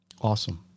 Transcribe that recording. Awesome